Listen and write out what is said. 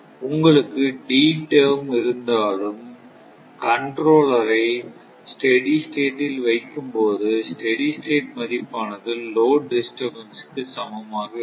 உங்களுக்கு D term இருந்தாலும் controller ஐ ஸ்டெடி ஸ்டேட் ல் வைக்கும் போது ஸ்டெடி ஸ்டேட் மதிப்பானது லோட் டிஸ்டர்பன்ஸ் க்கு சமமாக இருக்கும்